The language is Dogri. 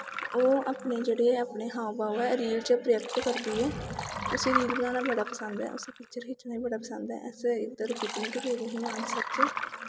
ओह् जेह्ड़े अपने हाव भाव ऐ रील च व्यक्त करदी ऐ उस्सी रील बनाना बड़ा पसंद ऐ उस्सी पिक्चर खिच्चना बी बड़ा पसंद ऐ ते इद्धर पिकनिक गेदे हे मानसर च